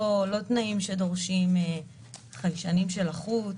לא תנאים שדורשים חיישנים של לחות,